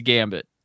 Gambit